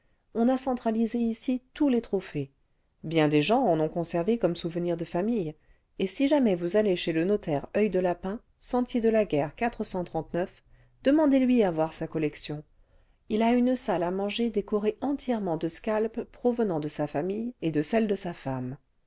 on a centralisé ici tous les trophées bien des gens en ont conservé comme souvenirs de famille et si jamais vous allez chez le notaire oeil de lajnn sentier de la guerre demandez-lui à voir sa collection il a une salle à manger décorée entièrement de scalps provenant de sa famille et de celle de sa femme